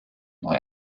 neu